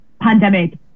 pandemic